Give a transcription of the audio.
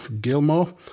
Gilmore